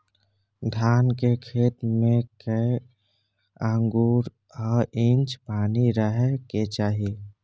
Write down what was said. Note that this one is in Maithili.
धान के खेत में कैए आंगुर आ इंच पानी रहै के चाही?